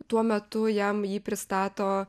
tuo metu jam jį pristato